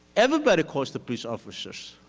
everybody calls the police officers.